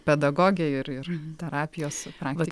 pedagogė ir ir terapijos praktikė